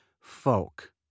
folk